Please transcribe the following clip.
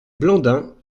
blandin